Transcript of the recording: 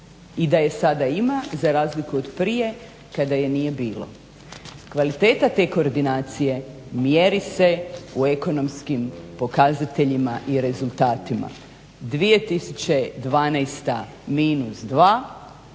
i da je sada ima za razliku od prije kada je nije bilo. Kvaliteta te koordinacije mjeri se u ekonomskim pokazateljima i rezultatima. 2012. minus